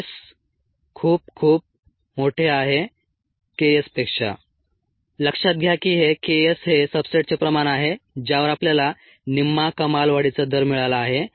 S≫KS लक्षात घ्या की हे K s हे सब्सट्रेटचे प्रमाण आहे ज्यावर आपल्याला निम्मा कमाल वाढीचा दर मिळाला आहे